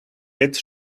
its